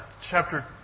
chapter